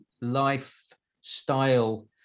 lifestyle